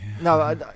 No